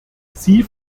sie